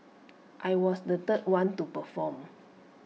I was the third one to perform